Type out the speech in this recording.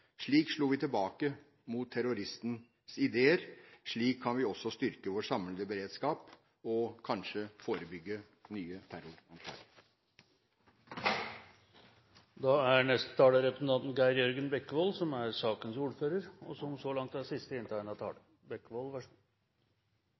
Slik slo vi tilbake mot terroristens ideer. Slik kan vi også styrke vår samlede beredskap – og kanskje forebygge nye terroranslag. Jeg har lyst til å takke Stortinget for en verdig og god debatt om en sak som har et bakteppe så